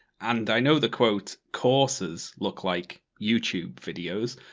and i know the, quote, courses look like youtube videos,